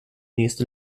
nächste